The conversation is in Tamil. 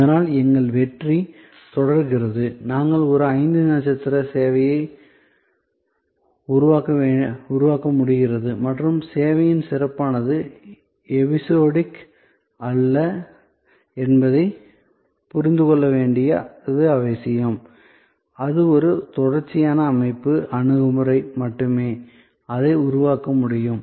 அதனால் எங்கள் வெற்றி தொடர்கிறது நாங்கள் ஒரு ஐந்து நட்சத்திர சேவையை உருவாக்க முடிகிறது மற்றும் சேவையின் சிறப்பானது எபிசோடிக் அல்ல என்பதை புரிந்து கொள்ள வேண்டியது அவசியம் அது ஒரு தொடர்ச்சியான அமைப்பு அணுகுமுறை மட்டுமே அதை உருவாக்க முடியும்